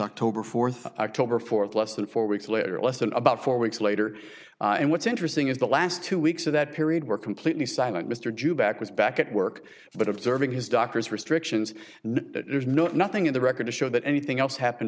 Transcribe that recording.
october fourth october fourth less than four weeks later less than about four weeks later and what's interesting is the last two weeks of that period were completely silent mr jew back was back at work but observing his doctor's restrictions and there's no nothing in the record to show that anything else happened